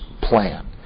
plan